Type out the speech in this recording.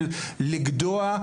של לגדוע,